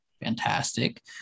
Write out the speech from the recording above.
fantastic